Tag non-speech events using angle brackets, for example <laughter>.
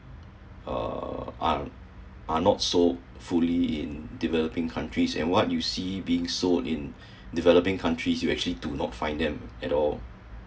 uh are are not so fully in developing countries and what you see being sold <breath> in developing countries you actually do not find them at all